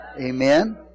Amen